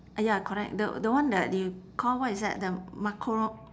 ya correct the the one that you call what is that the macaro~